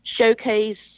showcase